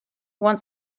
want